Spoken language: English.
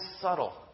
subtle